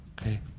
Okay